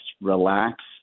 relax